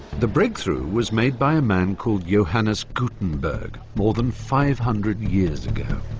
the breakthrough was made by a man called johannes gutenberg, more than five hundred years ago.